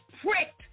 pricked